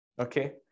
Okay